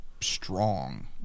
strong